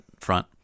front